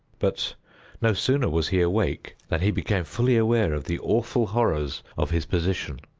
but no sooner was he awake than he became fully aware of the awful horrors of his position.